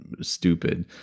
stupid